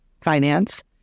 finance